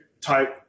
type